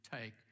take